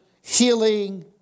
healing